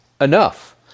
enough